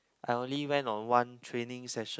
I only went on one training section